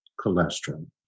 cholesterol